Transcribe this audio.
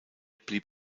blieb